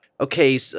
Okay